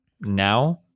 now